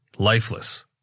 Lifeless